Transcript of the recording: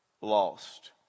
lost